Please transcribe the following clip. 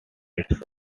its